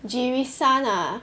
Jirisan ah